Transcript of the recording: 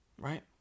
Right